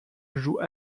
joue